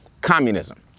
communism